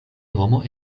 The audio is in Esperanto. homo